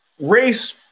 race